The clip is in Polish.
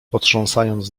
potrząsając